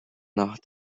nach